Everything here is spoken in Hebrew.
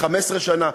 15 שנים?